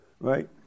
Right